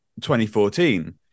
2014